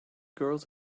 girls